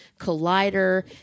Collider